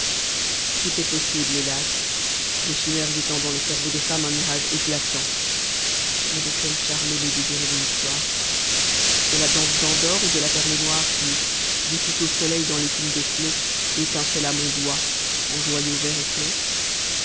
tout est possible hélas tes chimères étant dans tes cerveaux de femme un mirage éclatant mais de quel charme ailé désirez-vous l'histoire de la danse d'endor ou de la perle noire qui dissoute au soleil dans l'écume des nots etincelle à mon doigt en joyau vert éclos